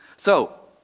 so,